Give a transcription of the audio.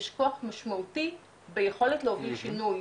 יש כוח משמעותי ביכולת להוביל שינוי.